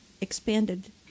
expanded